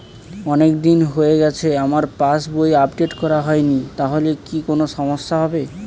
অনেকদিন হয়ে গেছে আমার পাস বই আপডেট করা হয়নি তাহলে কি কোন সমস্যা হবে?